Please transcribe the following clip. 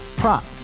prop